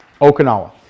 Okinawa